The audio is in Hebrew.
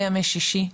בימי ששי,